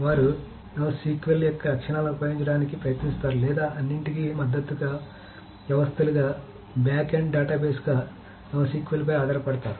వారు NoSQL యొక్క లక్షణాలను ఉపయోగించడానికి ప్రయత్నిస్తారు లేదా అన్నింటికీ మద్దతు వ్యవస్థలుగా బ్యాక్ఎండ్ డేటాబేస్గా NoSQL పై ఆధారపడతారు